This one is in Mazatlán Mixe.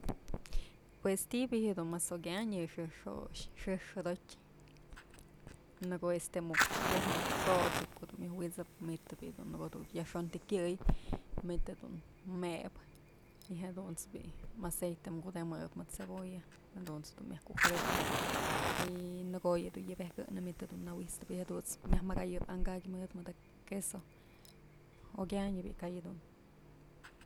Pues ti'i bi'i dunmas okyanyë yë xëjk xo'ox, xëjk xodotyë, në ko'o este muk xëjk muk xoxëp kodun myoj wit'sëp myt je'e bi'i në ko'o dun yajxon të kyëy myt jedun mëbë y jadunt's bi'i maceite kudëmëp mëd cebolla jadunt's dun muyaj kujëdëtëp y nëkoyë dun yëbejkënë manytë jedun nëwi'it'snëp y jadunt's myaj mëkayëp an kakyë mëdë mëd queso, okyänyë bi'i ka'ay jedun.